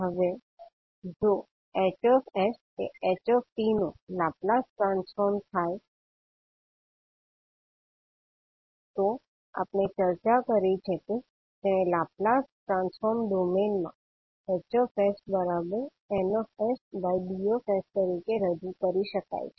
હવે જો 𝐻𝑠 એ ℎ𝑡 નુ લાપ્લાસ ટ્રાન્સફોર્મ છે તો આપણે ચર્ચા કરી છે કે તેને લાપ્લાસ ટ્રાન્સફોર્મ ડોમેઈન માં HsND તરીકે રજૂ કરી શકાય છે